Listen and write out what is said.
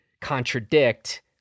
contradict